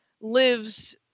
lives